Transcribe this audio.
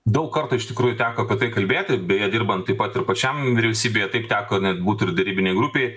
daug kartų iš tikrųjų teko apie tai kalbėti beje dirbant taip pat ir pačiam vyriausybėje taip teko net būt ir derybinėj grupėj